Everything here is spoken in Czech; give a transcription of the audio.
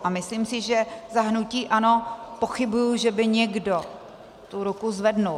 A myslím si, že za hnutí ANO pochybuji, že by někdo tu ruku zvedl.